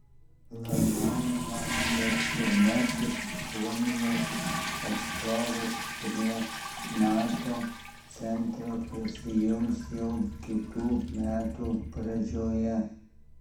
planuojama kad pirmasis suomijos atstovas prie nato centro prisijungs jau kitų metų pradžioje